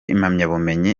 impamyabumenyi